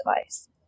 device